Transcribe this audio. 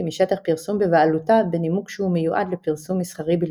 משטח פרסום בבעלותה בנימוק שהוא מיועד לפרסום מסחרי בלבד.